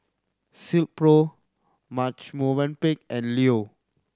Silkpro Marche Movenpick and Leo